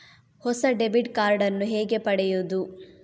ಹೊಸ debit card ನ್ನು ಹೇಗೆ ಪಡೆಯುದು?